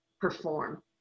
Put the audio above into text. perform